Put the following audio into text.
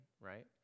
right